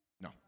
No